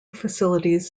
facilities